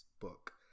book